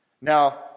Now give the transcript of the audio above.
Now